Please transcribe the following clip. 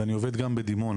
ואני עובד גם בדימונה,